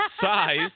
size